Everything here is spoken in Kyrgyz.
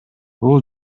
бул